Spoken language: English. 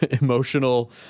emotional